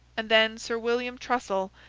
and then sir william trussel,